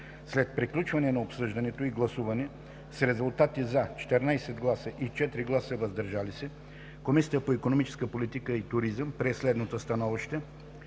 След приключване на обсъждането и гласуване с резултати: „за“ – 14 гласа, и 4 гласа „въздържал се“, Комисията по икономическа политика и туризъм прие следното становище: